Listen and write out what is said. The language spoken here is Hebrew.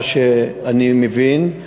מה שאני מבין,